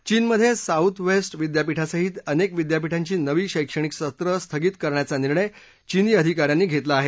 चीनमध्ये साऊथ वेस्तविद्यापीठासहित अनेक विद्यापीठांची नवी शैक्षणिक सत्रं स्थगित करण्याचा निर्णय चिनी अधिकाऱ्यांनी घेतला आहे